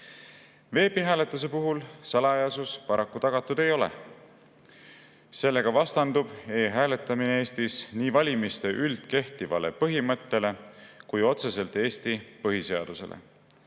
Veebihääletuse puhul salajasus paraku tagatud ei ole. Sellega vastandub e‑hääletamine Eestis nii valimiste üldkehtivale põhimõttele kui ka otseselt Eesti põhiseadusele.